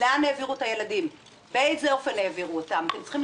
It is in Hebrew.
האלה צריכה